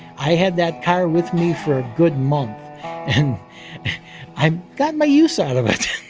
i had that car with me for a good month and i got my use out of it.